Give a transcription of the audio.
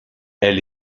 elle